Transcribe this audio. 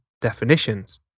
definitions